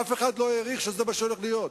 אף אחד לא העריך שזה מה שהולך להיות.